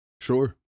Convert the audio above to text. sure